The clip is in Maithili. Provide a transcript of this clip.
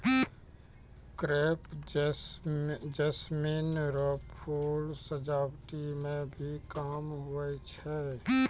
क्रेप जैस्मीन रो फूल सजावटी मे भी काम हुवै छै